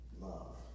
Love